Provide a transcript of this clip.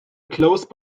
close